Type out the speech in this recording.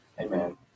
Amen